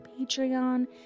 patreon